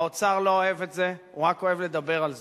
האוצר לא אוהב את זה, הוא רק אוהב לדבר על זה.